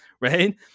right